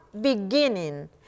beginning